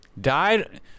Died